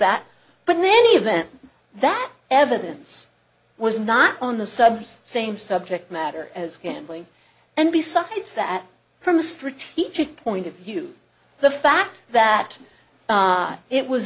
that but then event that evidence was not on the subs same subject matter as gambling and besides that from a strategic point of view the fact that it was